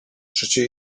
przecie